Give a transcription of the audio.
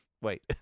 Wait